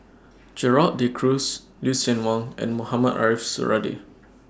Gerald De Cruz Lucien Wang and Mohamed Ariff Suradi